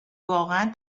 واقعا